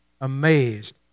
amazed